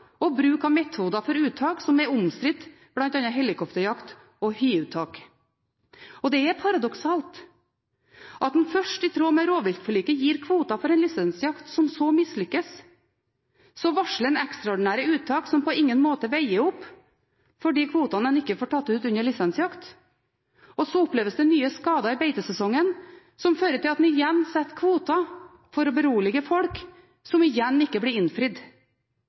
og bruk av metoder for uttak som er omstridt, bl.a. helikopterjakt og hiuttak. Det er paradoksalt at en først, i tråd med rovviltforliket, gir kvoter for en lisensjakt som så mislykkes. Så varsler en ekstraordinære uttak som på ingen måte veier opp for de kvotene en ikke får tatt ut under lisensjakt. Så oppleves det nye skader i beitesesongen som fører til at en igjen setter kvoter – for å berolige folk – som igjen ikke blir innfridd.